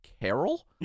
Carol